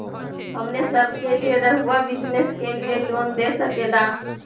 हमने सब के लिए रहुआ बिजनेस के लिए लोन दे सके ला?